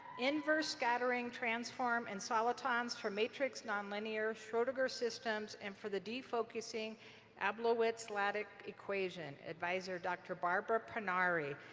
inverse scattering transform and solitons for matrix nonlinear schrodinger systems and for the defocusing ablowitz-ladik equation. advisor, dr. barbara prinari.